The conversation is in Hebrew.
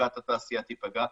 תפוקת התעשייה תיפגע,